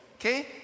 okay